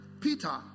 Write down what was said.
Peter